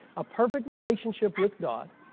a perfect relationship with god